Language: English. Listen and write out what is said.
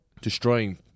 destroying